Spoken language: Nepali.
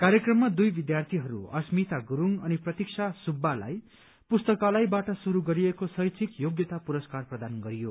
कार्यक्रममा दुइ विद्यार्थीहरू अस्मीता गुरूङ अनि प्रतिक्षा सुव्बालाई पुस्ताकलयबाट शुरू गरिएको शैक्षिक योग्यता पुरस्कार प्रदान गरियो